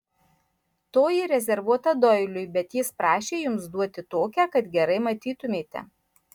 toji rezervuota doiliui bet jis prašė jums duoti tokią kad gerai matytumėte